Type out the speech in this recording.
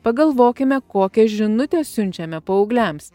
pagalvokime kokią žinutę siunčiame paaugliams